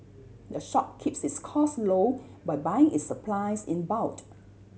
the shop keeps its costs low by buying its supplies in bult